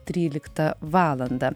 tryliktą valandą